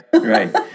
right